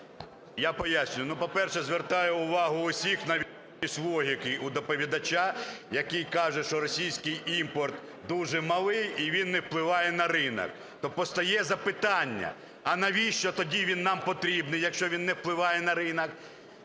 Я пояснюю. Ну, по-перше, звертаю увагу усіх на відсутність логіки у доповідача, який каже, що російський імпорт дуже малий і він не впливає на ринок. То постає запитання, а навіщо тоді він нам потрібний, якщо він не впливає на ринок?